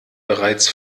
bereits